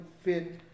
fit